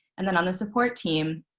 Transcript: and then on the support team,